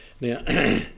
Now